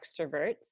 extroverts